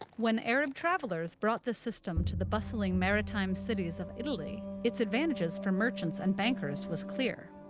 when arab travelers brought this system to the bustling maritime cities of italy, its advantages for merchants and bankers was clear.